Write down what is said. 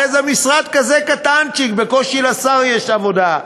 הרי זה משרד כזה קטנצ'יק, בקושי לשר יש עבודה.